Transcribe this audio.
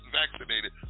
vaccinated